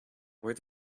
where